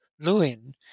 Lewin